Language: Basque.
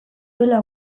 duela